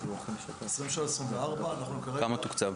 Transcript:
כמה תוקצב,